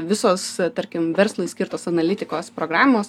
visos tarkim verslui skirtos analitikos programos